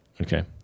Okay